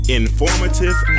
informative